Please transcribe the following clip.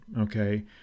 okay